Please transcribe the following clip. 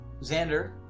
Xander